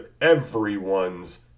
everyone's